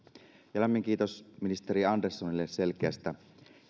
ja lämmin kiitos ministeri anderssonille selkeästä